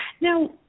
Now